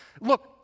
Look